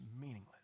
meaningless